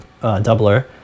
doubler